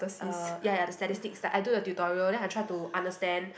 uh ya ya the statistics like I do the tutorial then I try to understand